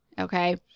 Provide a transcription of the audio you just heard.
okay